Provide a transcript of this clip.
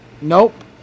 Nope